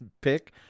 pick